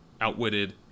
outwitted